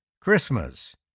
Christmas